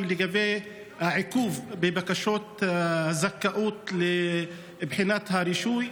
היא לגבי העיכוב בבקשות הזכאות לבחינת הרישוי.